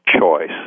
choice